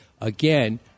Again